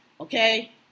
Okay